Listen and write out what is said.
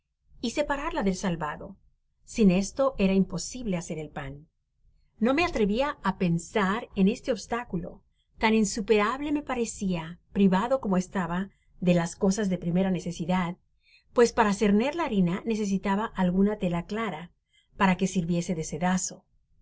y separarla del salvado sin esto era imposible hacer el pan no me atrevia á pensar en este obstáculo tan insuperable me parecía privado como estaba de las cosas de primera necesidad pues para cerner la harina necesitaba alguna tela clara para que sirviese de cedazo